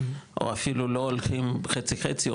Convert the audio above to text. או אפילו לא הולכים חצי-חצי,